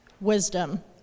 wisdom